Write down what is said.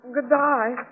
Goodbye